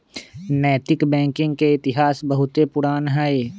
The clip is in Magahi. नैतिक बैंकिंग के इतिहास बहुते पुरान हइ